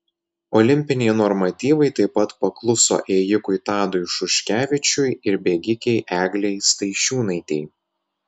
olimpiniai normatyvai taip pat pakluso ėjikui tadui šuškevičiui ir bėgikei eglei staišiūnaitei